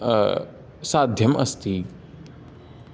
साध्यम् अस्ति